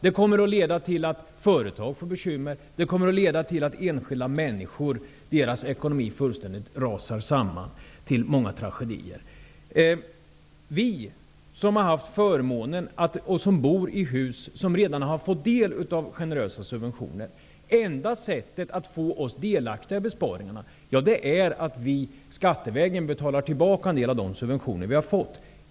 Det kommer att leda till att företag får bekymmer, det kommer att leda till att ekonomin fullständigt rasar samman för enskilda människor, och det kommer att leda till många tragedier. Det enda sättet att få oss som bor i hus som redan har fått del av generösa subventioner delaktiga i besparingarna är att se till att vi skattevägen betalar tillbaka en del av de subventioner vi har fått.